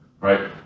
Right